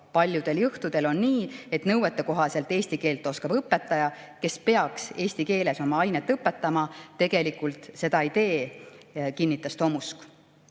Paljudel juhtudel on nii, et nõuetekohaselt eesti keelt oskav õpetaja, kes peaks eesti keeles oma ainet õpetama, tegelikult seda ei tee, kinnitas Tomusk.